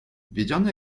wiedziony